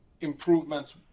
improvements